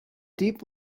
deep